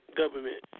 government